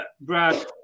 Brad